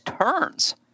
turns